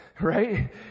Right